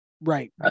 right